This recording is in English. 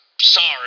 sorry